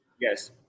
yes